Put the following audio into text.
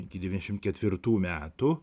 iki devyniasdešimt ketvirtų metų